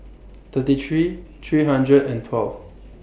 thirty three three hundred and twelve